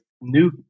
new